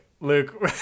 luke